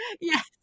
Yes